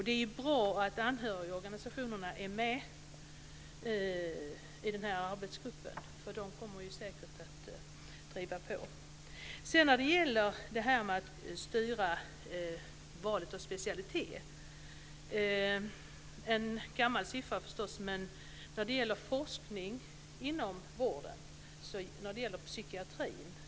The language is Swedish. Det är bra att anhörigorganisationerna är med i arbetsgruppen, för de kommer säkert att driva på. När det sedan gäller detta att styra valet av specialitet har jag en gammal siffra, men den visar att det är en väldigt liten del av forskningspengarna inom vården som går till just psykiatrin.